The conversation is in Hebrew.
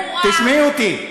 ההחלטה,